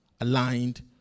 aligned